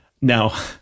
Now